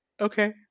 okay